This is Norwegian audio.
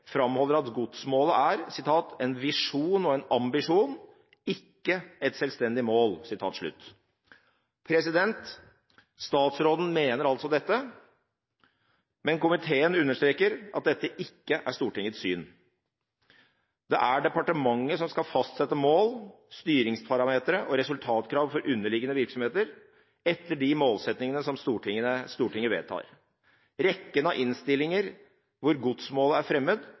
framholder at godsmålet er «en visjon og en ambisjon», ikke et selvstendig mål. Statsråden mener altså dette, men komiteen understreker at dette ikke er Stortingets syn. Det er departementet som skal fastsette mål, styringsparametre og resultatkrav for underliggende virksomheter etter de målsettingene som Stortinget vedtar. Rekken av innstillinger hvor godsmålet er